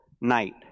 Night